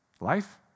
Life